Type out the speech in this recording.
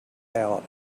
out